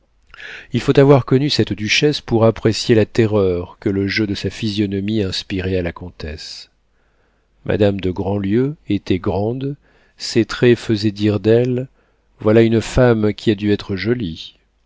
il faut avoir connu cette duchesse pour apprécier la terreur que le jeu de sa physionomie inspirait à la comtesse madame de grandlieu était grande ses traits faisaient dire d'elle voilà une femme qui a dû être jolie